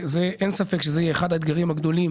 אין ספק שזה יהיה אחד האתגרים הגדולים